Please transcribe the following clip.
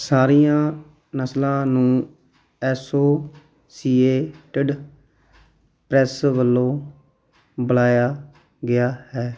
ਸਾਰੀਆਂ ਨਸਲਾਂ ਨੂੰ ਐਸੋਸੀਏਟਿਡ ਪ੍ਰੈਸ ਵੱਲੋਂ ਬੁਲਾਇਆ ਗਿਆ ਹੈ